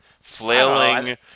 Flailing